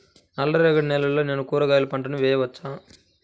నల్ల రేగడి నేలలో నేను కూరగాయల పంటను వేయచ్చా?